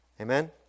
Amen